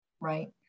right